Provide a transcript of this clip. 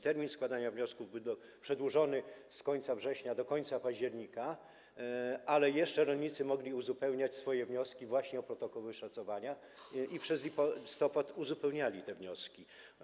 Termin składania wniosków został przedłużony z końca września do końca października, ale jeszcze rolnicy mogli uzupełniać swoje wnioski właśnie o protokoły szacowania i przez listopad uzupełniali te wnioski.